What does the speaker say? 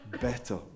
better